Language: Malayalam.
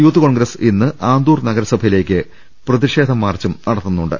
യൂത്ത് കോൺഗ്രസും ഇന്ന് ആന്തൂർ നഗരസഭയിലേക്ക് പ്രതിഷേധ മാർച്ച് നടത്തുന്നുണ്ട്